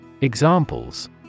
Examples